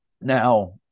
Now